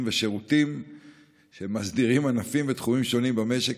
ושירותים שמסדירים ענפים בתחומים שונים במשק,